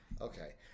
Okay